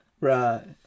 Right